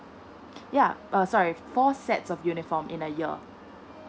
yeah err sorry four sets of uniform in a year